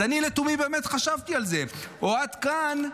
אז אני לתומי באמת חשבתי על זה, עד כאן,